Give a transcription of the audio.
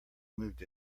moved